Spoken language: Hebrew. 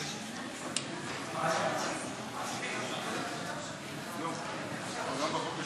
טיפול בחולי נפש (תיקון מס' 9),